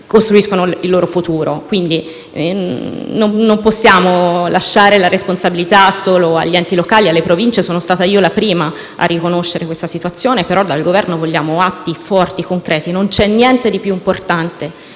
costruiscono il loro futuro. Non possiamo lasciare la responsabilità solo agli enti locali e alle Province. Sono stata io la prima a riconoscere questa situazione, ma dal Governo vogliamo atti forti, concreti. Non c'è niente di più importante